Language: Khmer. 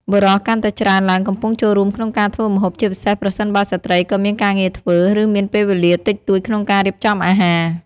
បុរសកាន់តែច្រើនឡើងកំពុងចូលរួមក្នុងការធ្វើម្ហូប ជាពិសេសប្រសិនបើស្ត្រីក៏មានការងារធ្វើ ឬមានពេលវេលាតិចតួចក្នុងការរៀបចំអាហារ។